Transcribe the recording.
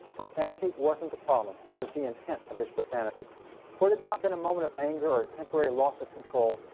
profanity wasn't the problem. it was the intent of his profanity for it not been a moment of anger or temporary loss of control,